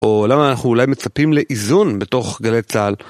או למה אנחנו אולי מצפים לאיזון בתוך גלי צהל.